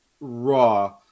Raw